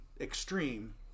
extreme